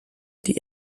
die